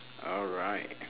alright